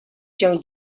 się